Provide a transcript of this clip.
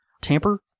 Tamper